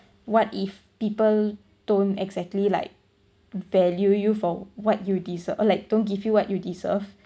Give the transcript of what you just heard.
what if people don't exactly like value you for what you deser~ like don't give you what you deserve